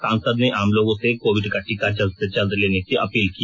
सांसद ने आम लोगों से कोविड का टीका जल्द से जल्द लेने की अपील की